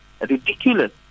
ridiculous